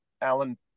Alan